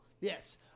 Yes